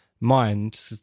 mind